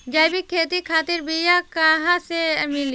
जैविक खेती खातिर बीया कहाँसे मिली?